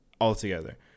altogether